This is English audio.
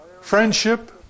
friendship